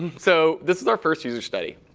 so this is our first user study.